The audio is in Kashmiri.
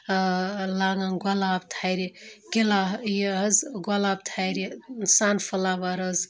لاگان گۄلاب تھَرِ گِلا یہِ حظ گۄلاب تھَرِ سَن فٕلاوَر حظ